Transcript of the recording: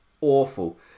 awful